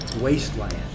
wasteland